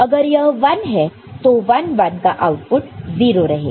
अगर यह 1 है तो 1 1 का आउटपुट 0 रहेगा